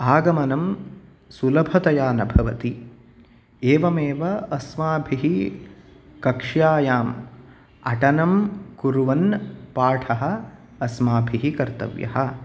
आगमनं सुलभतया न भवति एवमेव अस्माभिः कक्ष्यायाम् अटनं कुर्वन् पाठः अस्माभिः कर्तव्यः